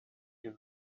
این